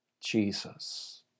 Jesus